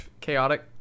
chaotic